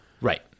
right